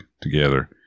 together